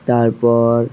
তারপর